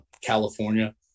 California